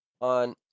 on